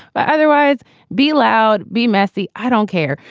but otherwise be loud, be messy. i don't care.